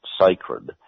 sacred